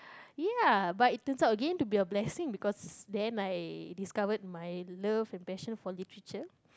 ya but it turns out again to be a blessing because then I discovered my love and passion for literature